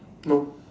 no